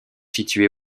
situées